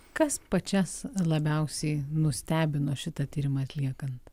kas pačias labiausiai nustebino šitą tyrimą atliekant